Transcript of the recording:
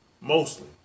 mostly